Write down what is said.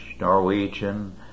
Norwegian